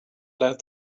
let